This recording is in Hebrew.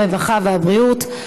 הרווחה והבריאות.